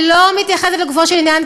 אני לא מתייחסת לגופו של עניין,